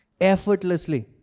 Effortlessly